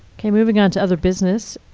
ok, moving on to other business.